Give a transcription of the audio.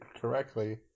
correctly